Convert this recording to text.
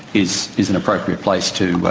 is is an appropriate place to,